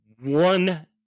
one